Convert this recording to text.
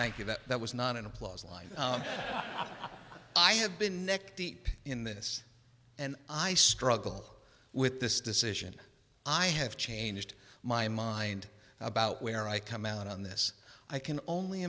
thank you that was not an applause line but i have been neck deep in this and i struggled with this decision i have changed my mind about where i come out on this i can only